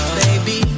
baby